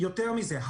יותר מזה,